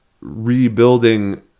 rebuilding